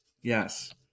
yes